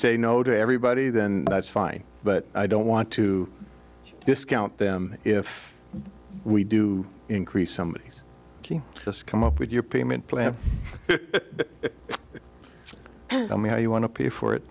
say no to everybody then that's fine but i don't want to discount them if we do increase somebody else come up with your payment plan i mean how you want to pay for it